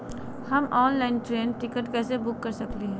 हम online train ticket कैसे book कर सकली हई?